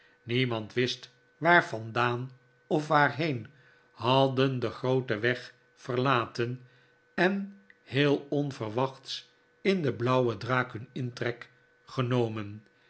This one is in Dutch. niemand wist waar vandaan of waarheen hadden den grooten weg verlaten en heel onverwachts in de blauwe draak hun intrek genomen